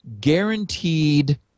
guaranteed